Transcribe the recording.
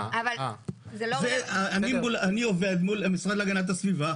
אני עובד מול המשרד להגנת הסביבה